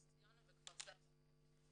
נס ציונה וכפר סבא.